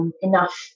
Enough